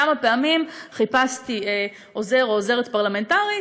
כמה פעמים חיפשתי עוזר או עוזרת פרלמנטריים,